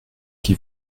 qui